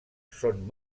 són